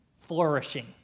Flourishing